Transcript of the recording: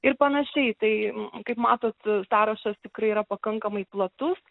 ir panašiai tai kaip matot sąrašas tikrai yra pakankamai platus